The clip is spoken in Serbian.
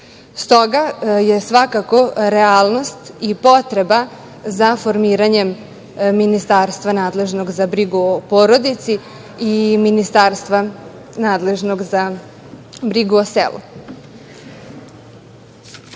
Stoga je svakako realnost i potreba za formiranje ministarstva nadležnog za brigu o porodici i ministarstva nadležnog za brigu o selu. Što